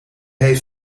heeft